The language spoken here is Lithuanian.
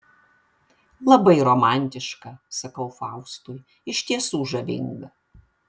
labai romantiška sakau faustui iš tiesų žavinga